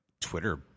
Twitter